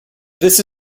this